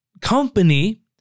company